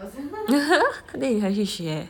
then 你还去学